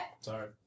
Sorry